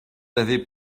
avait